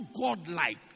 God-like